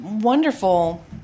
wonderful